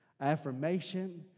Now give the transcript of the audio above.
affirmation